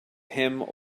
him